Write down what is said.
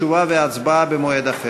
מוקדם בוועדת